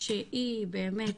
שהיא באמת